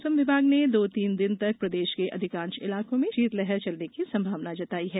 मौसम विभाग ने दो तीन दिन तक प्रदेश के अधिकांश इलाको में शीतलहर चलने की संभावना जताई है